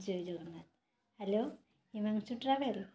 Jay Jagannath hello Himanshu travel